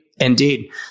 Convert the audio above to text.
Indeed